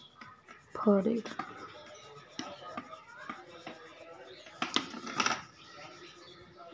यूरोपत सबसे बेसी फरेर खेती हछेक